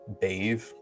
bathe